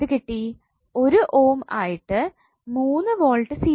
1 ohm ആയിട്ട് 3 volt സീരിസിൽ